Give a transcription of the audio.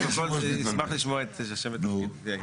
הפרוטוקול ישמח לשמוע את השם והתפקיד.